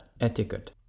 etiquette